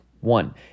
One